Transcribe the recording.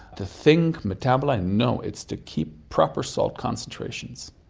to think, metabolise. no, it's to keep proper salt concentrations.